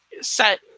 set